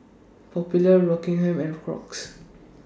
Popular Rockingham and Crocs